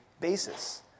basis